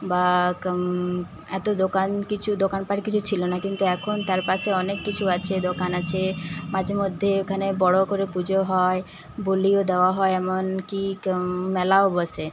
বা এতো দোকান কিছু দোকান পাট কিছু ছিল না কিন্তু এখন তার পাশে অনেককিছু আছে দোকান আছে মাঝেমধ্যে ওখানে বড়ো করে পুজো হয় বলীও দেওয়া হয় এমন কি মেলাও বসে